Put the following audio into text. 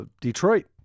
Detroit